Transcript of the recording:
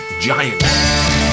Giant